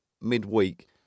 midweek